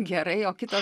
gerai o kitas